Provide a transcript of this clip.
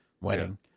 wedding